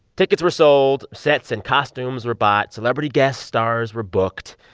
tickets were sold sets and costumes we're bought celebrity guest stars were booked.